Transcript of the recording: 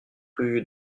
rue